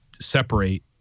separate